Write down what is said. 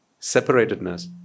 Separatedness